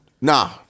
Nah